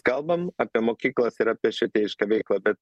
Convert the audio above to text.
kalbam apie mokyklas ir apie švietėjišką veiklą bet